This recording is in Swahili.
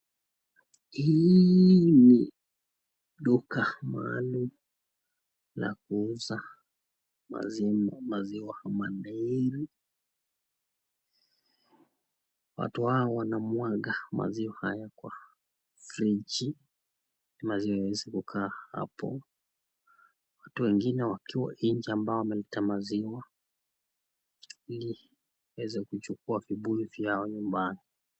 Hii ni duka mrembo la kuuza maziwa. Watu hawa wanamwaga maziwa haya kwa friji maana haiwezi kukaa hapo. Watu wengine wakiwa nje ambao wanaita maziwa ili waweze kuchukua vibuyu vyao nyumbani.